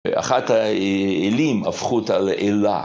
ואחת האלים הפכו אותה לאלה.